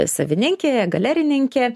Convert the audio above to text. savininkė galerininkė